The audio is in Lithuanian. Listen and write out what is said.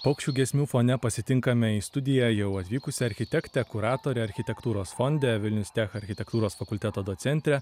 paukščių giesmių fone pasitinkame į studiją jau atvykusią architektę kuratorę architektūros fonde vilnius tech architektūros fakulteto docente